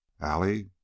Allie